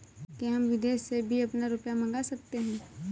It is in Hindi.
क्या हम विदेश से भी अपना रुपया मंगा सकते हैं?